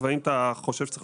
לאיזה סעיף את רוצה